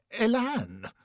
Elan